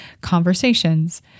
conversations